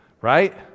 right